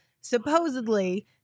supposedly